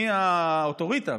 מי האוטוריטה?